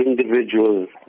individuals